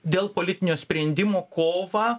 dėl politinio sprendimo kovą